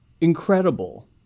incredible